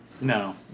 No